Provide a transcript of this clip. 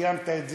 קיימת את זה,